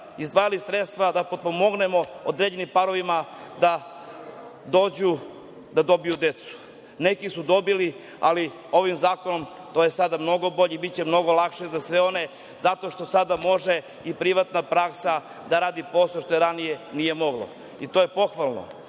izdvajali sredstva da potpomognemo određenim parovima da dobiju decu. Neki su dobili, ali ovim zakonom to je sada mnogo bolje i biće mnogo lakše zato što sada može i privatna praksa da radi posao, što ranije nije moglo. To je pohvalno. Ima